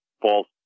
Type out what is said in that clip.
false